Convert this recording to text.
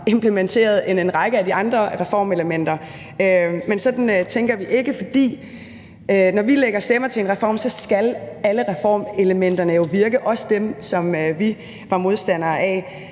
implementeret end en række af de andre reformelementer, men sådan tænker vi ikke, for når vi lægger stemmer til en reform, skal alle reformelementerne jo virke, også dem, som vi var modstandere af.